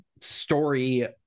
story